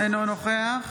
בעד